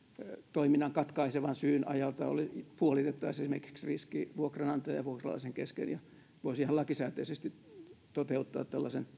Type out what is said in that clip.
toiminnan katkaisevan syyn ajalta esimerkiksi puolitettaisiin riski vuokranantajan ja vuokralaisen kesken eli voisi ihan lakisääteisesti toteuttaa